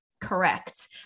Correct